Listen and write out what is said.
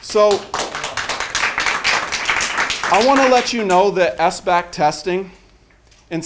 so i want to let you know that aspect testing in